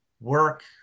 work